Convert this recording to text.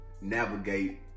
navigate